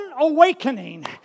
awakening